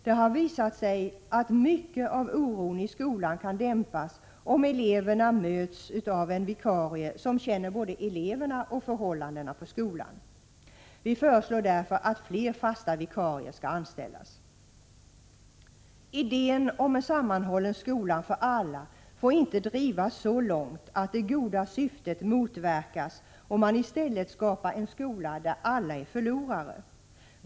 Det har dessutom visat sig att mycket av oron i skolan kan dämpas om eleverna möts av en vikarie som känner både eleverna och förhållandena på skolan. Vi föreslår därför att fler fasta vikarier skall anställas. Idén om en sammanhållen skola för alla får inte drivas så långt att det goda syftet motverkas och man i stället skapar en skola där alla är förlorare.